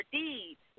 deeds